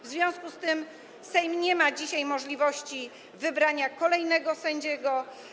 W związku z tym Sejm nie ma dzisiaj możliwości wybrania kolejnego sędziego.